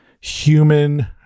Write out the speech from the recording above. human